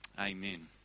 Amen